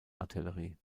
artillerie